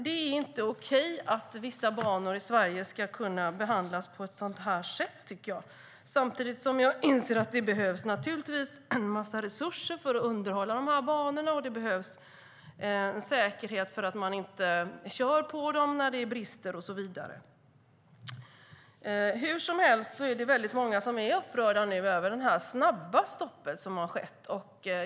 Det är ju inte okej att vissa banor i Sverige kan behandlas så här. Samtidigt inser jag att det naturligtvis behövs en massa resurser för att underhålla banorna och att det behövs säkerhet, så att man inte kör på dem när det finns brister och så vidare. Hur som helst är det många som är upprörda över det snabba stopp som har skett.